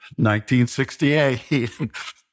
1968